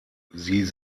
sie